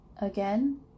Again